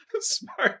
smart